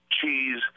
cheese